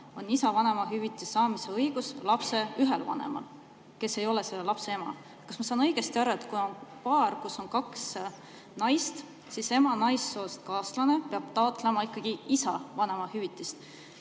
on isa vanemahüvitise saamise õigus lapse ühel vanemal, kes ei ole selle lapse ema. Kas ma saan õigesti aru, et kui on paar, kus on kaks naist, siis ema naissoost kaaslane peab taotlema ikkagi isa vanemahüvitist?